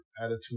attitude